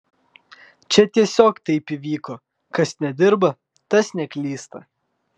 čia tiesiog taip įvyko kas nedirba tas neklysta